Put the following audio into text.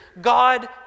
God